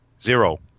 zero